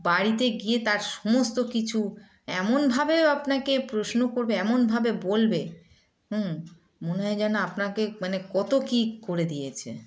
বাড়িতে গিয়ে তার সমস্ত কিছু এমনভাবে আপনাকে প্রশ্ন করবে এমনভাবে বলবে মনে হয় যেন আপনাকে মানে কত কী করে দিয়েছে